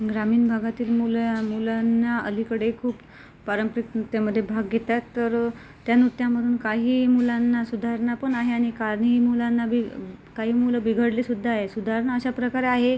ग्रामीण भागातील मुलं मुलांना अलीकडे खूप पारंपरिक नृत्यामध्ये भाग घेतात तर त्या नृत्यामधून काही मुलांना सुधारणा पण आहे आणि काही मुलांना बिघ् काही मुलं बिघडलीसुद्धा आहे सुधारणा अशाप्रकारे आहे